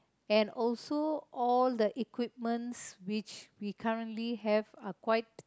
and also all the equipments which we currently have are quite